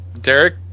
Derek